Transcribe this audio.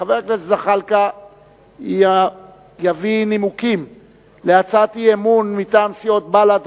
חבר הכנסת ג'מאל זחאלקה יביא נימוקים להצעת אי-אמון מטעם סיעות בל"ד,